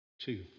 two